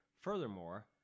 Furthermore